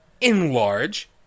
Enlarge